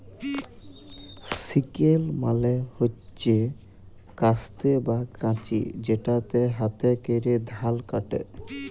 sickle মালে হচ্যে কাস্তে বা কাঁচি যেটাতে হাতে ক্যরে ধাল কাটে